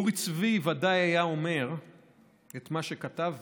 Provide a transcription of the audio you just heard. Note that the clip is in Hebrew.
אורי צבי ודאי היה אומר את מה שכתב